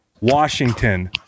Washington